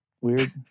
Weird